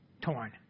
torn